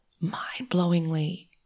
mind-blowingly